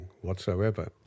whatsoever